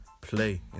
Play